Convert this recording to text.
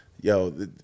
yo